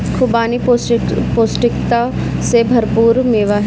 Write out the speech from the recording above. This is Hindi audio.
खुबानी पौष्टिकता से भरपूर मेवा है